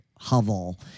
hovel